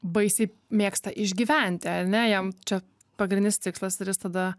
baisiai mėgsta išgyventi ar ne jam čia pagrindinis tikslas ir jis tada